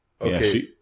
Okay